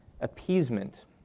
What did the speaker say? appeasement